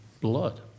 blood